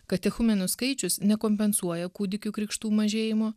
katechumenų skaičius nekompensuoja kūdikių krikštų mažėjimo